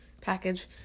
Package